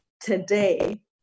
today